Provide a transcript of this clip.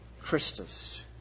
Christus